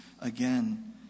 again